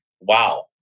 wow